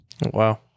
Wow